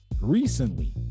recently